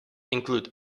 include